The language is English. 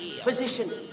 position